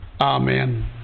amen